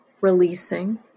releasing